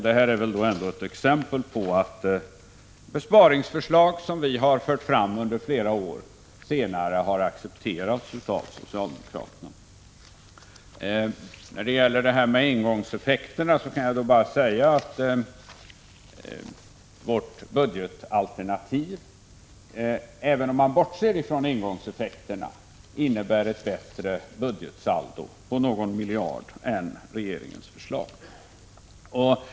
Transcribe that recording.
Detta är ett exempel på att besparingsförslag, som vi har fört fram under flera år, senare har accepterats av socialdemokraterna. Även om man bortser från engångseffekterna innebär vårt budgetalternativ någon miljard bättre budgetsaldo än regeringens förslag.